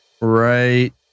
Right